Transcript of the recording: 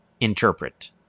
interpret